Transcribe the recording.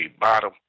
bottom